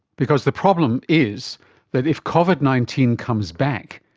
because the problem is that if covid nineteen comes back,